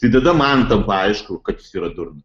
tai tada man tampa aišku kad jis yra durnas